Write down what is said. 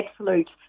absolute